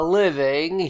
living